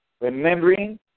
Remembering